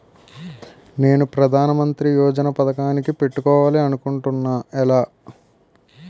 నేను ప్రధానమంత్రి యోజన పథకానికి పెట్టుకోవాలి అనుకుంటున్నా ఎలా?